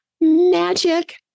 Magic